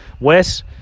Wes